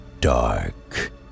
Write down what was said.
dark